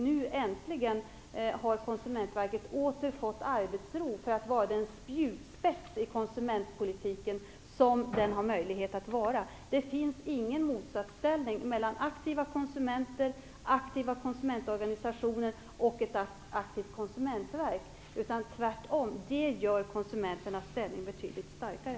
Nu har Konsumentverket äntligen åter fått den arbetsro som behövs för att man skall kunna vara den spjutspets i konsumentpolitiken som man har möjlighet att vara. Det finns ingen motsatsställning mellan aktiva konsumenter, aktiva konsumentorganisationer och ett aktivt konsumentverk. Det gör tvärtom konsumenternas ställning betydligt starkare.